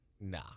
nah